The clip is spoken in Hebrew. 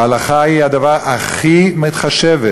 וההלכה היא הדבר הכי מתחשב,